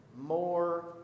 More